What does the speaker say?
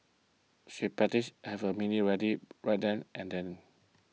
she have a mini rally right then and then